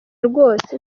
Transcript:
rwose